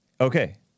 Okay